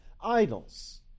idols